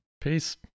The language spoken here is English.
Peace